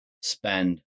spend